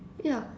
ya